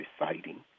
reciting